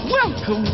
Welcome